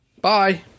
Bye